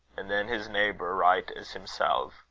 and then his neighebour right as himselve.